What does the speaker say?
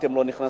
אתם לא נכנסים.